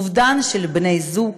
אובדן של בני זוג